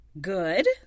Good